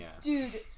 dude